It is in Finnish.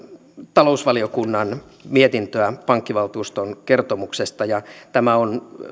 talousvaliokunnan mietintöä pankkivaltuuston kertomuksesta ja tämä on